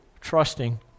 trusting